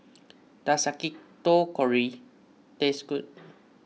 does Yakitori taste good